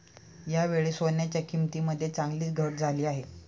यावेळी सोन्याच्या किंमतीमध्ये चांगलीच घट झाली आहे